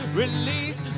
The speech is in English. release